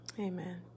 Amen